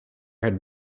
had